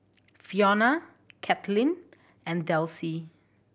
Fiona Kathlyn and Delsie